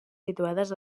situades